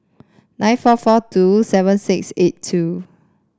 nine four four two seven six eight two